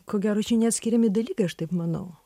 ko gero čia neatskiriami dalykai aš taip manau